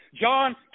John